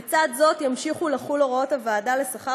לצד זאת ימשיכו לחול הוראות הוועדה לשכר